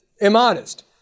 immodest